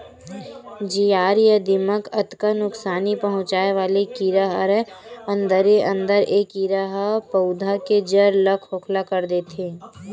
जियार या दिमक अतका नुकसानी पहुंचाय वाले कीरा हरय अंदरे अंदर ए कीरा ह पउधा के जर ल खोखला कर देथे